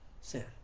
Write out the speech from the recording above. sin